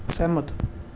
सैह्मत